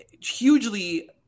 hugely